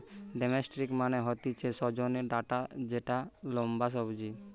drumstick মানে হতিছে সজনে ডাটা যেটা লম্বা সবজি